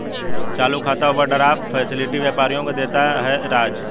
चालू खाता overdraft facility व्यापारियों को देता है राज